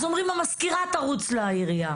אז אומרים למזכירה לרוץ לעירייה.